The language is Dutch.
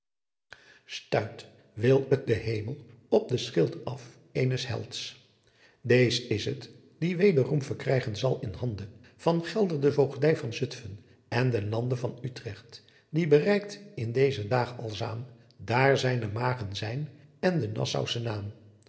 stuit wil t de hemel op den schild af eenes helds deez is t die wederom verkrijgen zal in hande van gelder de voogdy van zutphen en den lande van uitrecht die bereickt te dezen daagh altzaam daar zijnen magen zijn en den nassauschen naam